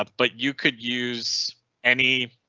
ah but you could use any.